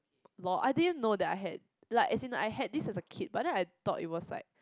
lor I didn't know that I had like as in I had this as a kid but I thought it was like